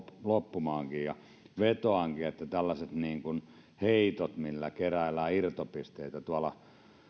loppumaan vetoankin että tällaisista heitoista millä keräillään irtopisteitä tuolla